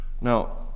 Now